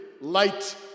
light